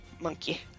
monkey